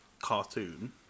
cartoon